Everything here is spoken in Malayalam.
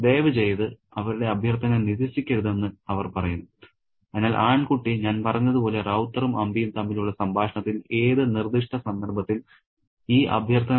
ദയവുചെയ്ത് അവരുടെ അഭ്യർത്ഥന നിരസിക്കരുതെന്ന് അവർ പറയുന്നു അതിനാൽ ആൺകുട്ടി ഞാൻ പറഞ്ഞതുപോലെ റൌത്തറും അമ്പിയും തമ്മിലുള്ള സംഭാഷണത്തിൽ ഏത് നിർദ്ദിഷ്ട സന്ദർഭത്തിൽ ഈ അഭ്യർത്ഥന നടത്തണമെന്ന് അവനറിയാം